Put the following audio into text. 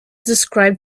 described